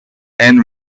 and